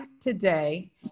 today